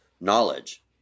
knowledge